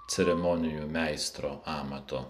ceremonijų meistro amato